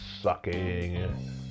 sucking